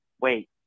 Wait